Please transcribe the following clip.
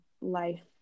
life